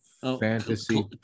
fantasy